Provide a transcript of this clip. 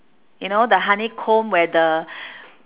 you know the honeycomb where the